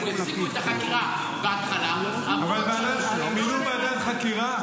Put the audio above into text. הפסיקו את החקירה בהתחלה --- אבל מינו ועדת חקירה,